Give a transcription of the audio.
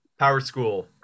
PowerSchool